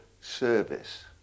service